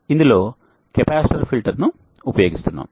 ఇందులో capacitor filter ను ఉపయోగిస్తున్నాం